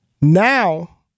Now